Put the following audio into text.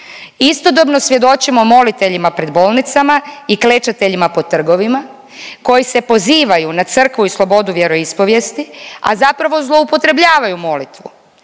Istodobno svjedočimo moliteljima pred bolnicama i klečateljima po trgovima koji se pozivaju na crkvu i slobodu vjeroispovijesti, a zapravo zloupotrebljavaju molitvu